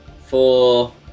Four